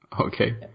Okay